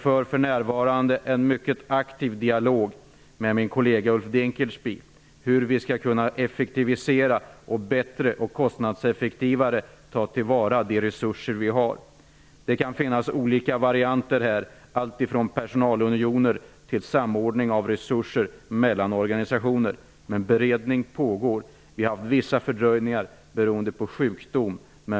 För närvarande för jag en mycket aktiv dialog med min kollega Ulf Dinkelspiel om hur vi skall kunna effektivisera samt bättre och kostnadseffektivare ta till vara de resurser vi har. Det kan här finnas olika varianter alltifrån personalunioner till samordning av resurser mellan organisationer. Beredning pågår, men vi har haft vissa fördröjningar beroende på sjukdom.